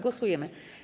Głosujemy.